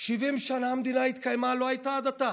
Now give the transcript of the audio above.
70 שנה המדינה התקיימה, לא הייתה הדתה.